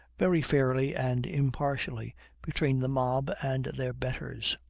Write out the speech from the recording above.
very fairly and impartially between the mob and their betters.